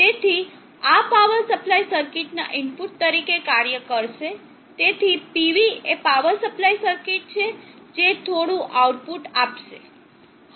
તેથી આ power supply સર્કિટના ઇનપુટ તરીકે કાર્ય કરશે તેથી PS એ પાવર સપ્લાય સર્કિટ છે જે થોડું આઉટપુટ આપશે